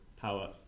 power